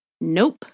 Nope